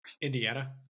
Indiana